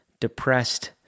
depressed